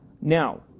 Now